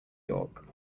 york